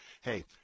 hey